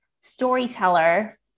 storyteller